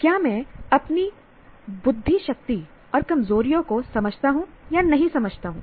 क्या मैं अपनी बुद्धि शक्ति और कमजोरियों को समझता हूं या नहीं समझता हूं